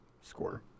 score